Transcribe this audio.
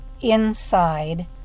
inside